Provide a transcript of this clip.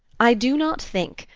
i do not think.